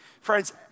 Friends